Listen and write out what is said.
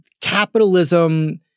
capitalism